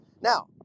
Now